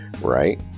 Right